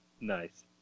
Nice